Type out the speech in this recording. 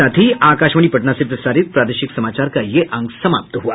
इसके साथ ही आकाशवाणी पटना से प्रसारित प्रादेशिक समाचार का ये अंक समाप्त हुआ